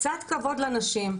קצת כבוד לנשים,